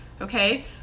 okay